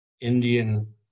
Indian